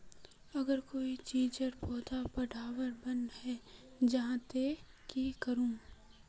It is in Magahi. अगर कोई चीजेर पौधा बढ़वार बन है जहा ते की करूम?